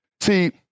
See